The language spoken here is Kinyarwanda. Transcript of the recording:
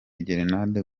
gerenade